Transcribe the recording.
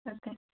তাকে